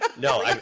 No